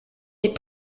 est